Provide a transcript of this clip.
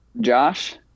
Josh